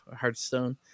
Hearthstone